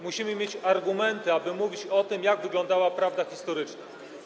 Musimy mieć argumenty, aby mówić o tym, jak wyglądała prawda historyczna.